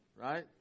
right